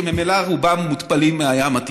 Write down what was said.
שממילא רובם מותפלים מהים התיכון.